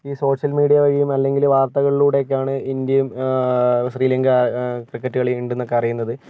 ഈ social media വഴിയും അല്ലെങ്കിൽ വാർത്തകളിലൂടെയൊക്കെയുമാണ് ഇന്ത്യയും ശ്രീലങ്ക ക്രിക്കറ്റ് കളി ഉണ്ട് എന്ന് ഒക്കെ അറിയുന്നത്